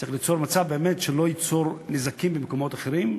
צריך ליצור מצב שבאמת לא ייצור נזקים במקומות אחרים.